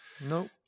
No